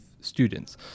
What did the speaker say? students